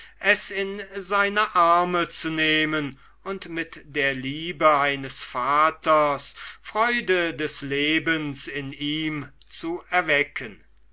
in seine arme zu nehmen und mit der liebe eines vaters freude des lebens in ihm zu erwecken